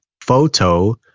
photo